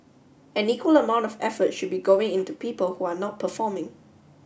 an equal amount of effort should be going into people who are not performing